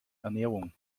ernährung